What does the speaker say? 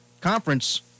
conference